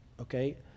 okay